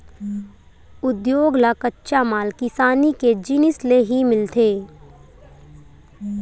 उद्योग ल कच्चा माल किसानी के जिनिस ले ही मिलथे